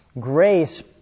grace